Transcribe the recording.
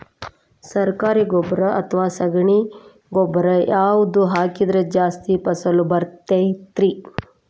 ಸರಕಾರಿ ಗೊಬ್ಬರ ಅಥವಾ ಸಗಣಿ ಗೊಬ್ಬರ ಯಾವ್ದು ಹಾಕಿದ್ರ ಜಾಸ್ತಿ ಫಸಲು ಬರತೈತ್ರಿ?